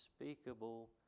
unspeakable